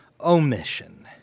omission